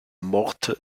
morte